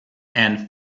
and